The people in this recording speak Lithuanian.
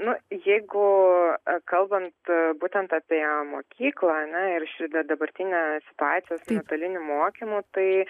nu jeigu kalbant būtent apie mokyklą ar ne ir šitą dabartinę situacijos nuotolinį mokymą tai